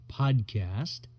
podcast